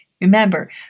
Remember